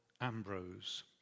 Ambrose